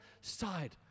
side